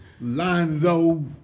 Lonzo